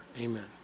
Amen